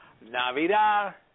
Navidad